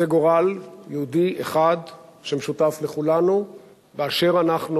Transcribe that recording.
זה גורל יהודי אחד שמשותף לכולנו באשר אנחנו,